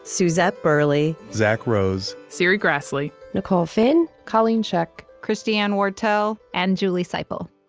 suzette burley, zack rose, serri graslie, nicole finn, colleen scheck, christiane wartell, and julie siple